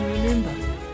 Remember